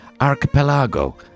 Archipelago